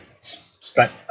spent